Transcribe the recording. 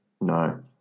No